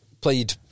played